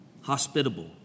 hospitable